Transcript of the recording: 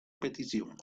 petición